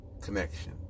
connection